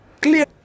clear